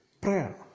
Prayer